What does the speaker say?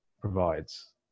provides